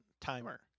timer